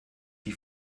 die